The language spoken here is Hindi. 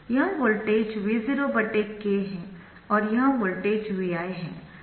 यह वोल्टेज V0 K है और यह वोल्टेज Vi है